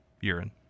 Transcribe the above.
urine